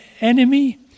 enemy